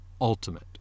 ultimate